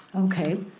okay.